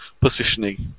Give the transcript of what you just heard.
positioning